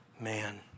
man